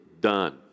done